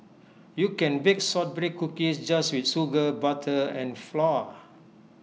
you can bake Shortbread Cookies just with sugar butter and flour